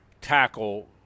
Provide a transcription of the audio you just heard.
tackle